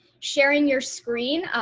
sharing your screen.